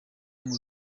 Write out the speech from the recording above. buri